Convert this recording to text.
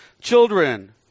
children